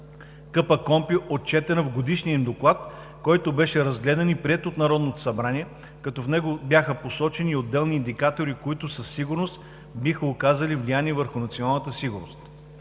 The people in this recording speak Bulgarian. КПКОНПИ, отчетена в Годишния им доклад, който беше разгледан и приет от Народното събрание, като в него бяха посочени и отделни индикатори, които със сигурност биха оказали влияние върху националната сигурност.